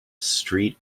street